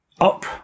up